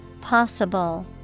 Possible